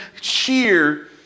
cheer